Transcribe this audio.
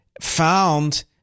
found